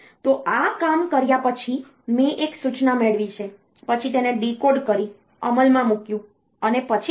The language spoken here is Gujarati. તો આ કામ કર્યા પછી મેં એક સૂચના મેળવી છે પછી તેને ડીકોડ કરી અમલમાં મૂક્યું અને પછી શું